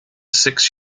six